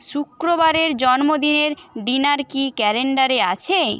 শুক্রবারের জন্মদিনের ডিনার কি ক্যালেন্ডারে আছে